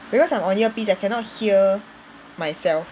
because I'm on earpiece I cannot hear myself